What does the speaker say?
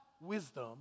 wisdom